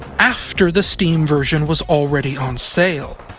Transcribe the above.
after the steam version was already on sale.